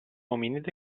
ominide